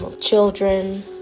Children